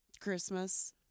Christmas